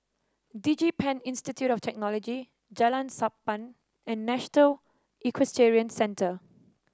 DigiPen Institute of Technology Jalan Sappan and National Equestrian Centre